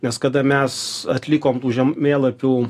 nes kada mes atlikom tų žemėlapių